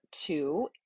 two